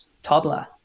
toddler